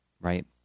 right